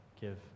give